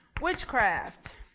Witchcraft